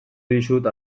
dizut